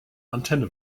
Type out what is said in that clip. antenne